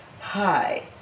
Hi